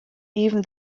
even